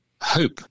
hope